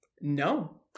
No